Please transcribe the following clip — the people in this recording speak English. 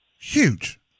huge